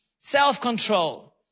Self-control